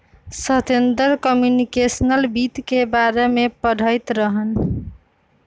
Satender computational वित्त के बारे में पढ़ईत रहन